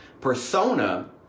Persona